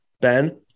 Ben